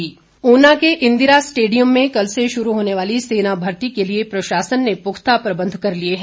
भर्ती ऊना ऊना के इंदिरा स्टेडियम में कल से शुरू होने वाली सेना भर्ती के लिए प्रशासन ने पुख्ता प्रबंध कर लिए हैं